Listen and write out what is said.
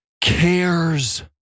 cares